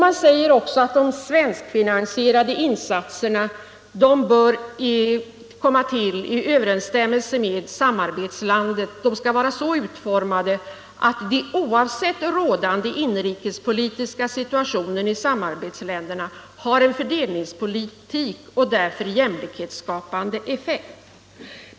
Man säger också att de svenskfinansierade insatserna bör ”efter överenskommelse med samarbetslandet vara så utformade att de oavsett rådande inrikespolitiska situation i samarbetslandet har en fördelningspolitisk och därför jämlikhetsskapande effekt.